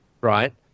right